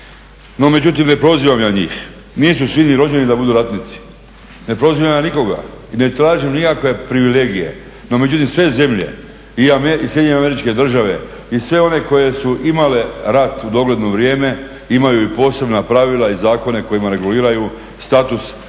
No, međutim ne prozivaj ja njih, nisu svi ni rođeni da budu ratnici, ne prozivaj ja nikoga i ne tražim nikakve privilegije, no, međutim sve zemlje i Sjedinjene Američke Države i sve one koje su imale rat u dogledno vrijeme imaju i posebna pravila i zakone kojima reguliraju status onih